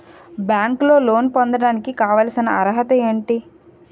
బ్యాంకులో లోన్ పొందడానికి కావాల్సిన అర్హత ఏంటి?